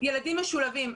ילדים משולבים.